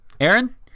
Aaron